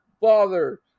father